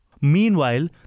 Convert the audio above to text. Meanwhile